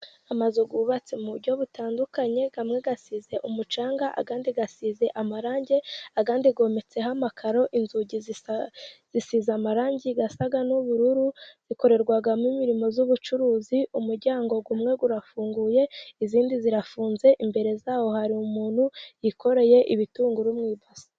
Amazu yubatse mu buryo butandukanye, amwe asize umucanga, andi asize amarangi, andi yometseho amakaro, inzugi zisize amarangi asa n'ubururu, zikorerwamo imirimo y'ubucuruzi, umuryango umwe urafunguye, indi zirafunze, imbere zaho hari umuntu, wikoreye ibitunguru mu ibase.